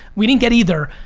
we didn't get either,